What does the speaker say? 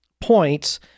points